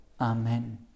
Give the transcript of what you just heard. Amen